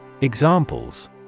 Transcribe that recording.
Examples